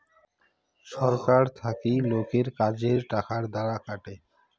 ছরকার থাকি লোকের কাজের টাকার দ্বারা কাটে